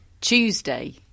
Tuesday